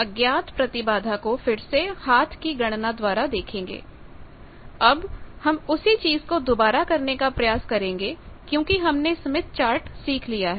अब हम उसी चीज़ को दोबारा करने का प्रयास करेंगे क्योंकि हमने स्मिथ चार्ट सीख लिया है